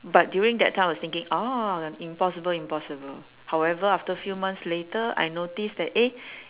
but during that time I was thinking oh impossible impossible however after few months later I notice that eh